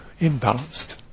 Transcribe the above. imbalanced